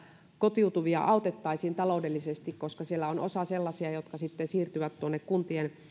kotiutuvia autettaisiin taloudellisesti koska siellä on osa sellaisia jotka sitten siirtyvät tuonne kuntien